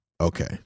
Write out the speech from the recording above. okay